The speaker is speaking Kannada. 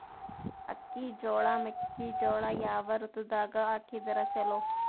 ಅಕ್ಕಿ, ಜೊಳ, ಮೆಕ್ಕಿಜೋಳ ಯಾವ ಋತುದಾಗ ಹಾಕಿದರ ಚಲೋ?